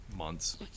months